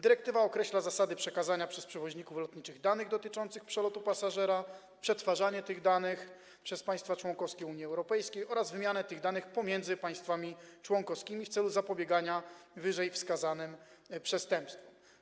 Dyrektywa określa zasady przekazywania przez przewoźników lotniczych danych dotyczących przelotu pasażera, przetwarzania tych danych przez państwa członkowskie Unii Europejskiej oraz wymiany tych danych pomiędzy państwami członkowskimi w celu zapobiegania wskazanym przestępstwom.